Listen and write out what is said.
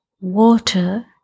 water